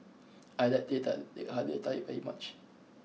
I like the Tek Halia Tarik very much